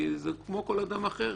כי זה כמו כל אדם אחר